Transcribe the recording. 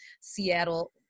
Seattle